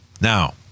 Now